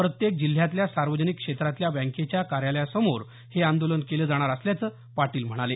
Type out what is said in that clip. प्रत्येक जिल्ह्यातल्या सार्वजनिक क्षेत्रातल्या बँकेच्या कार्यालयासमोर हे आंदोलन केलं जाणार असल्याचं पाटील म्हणाले